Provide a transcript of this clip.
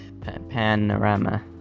panorama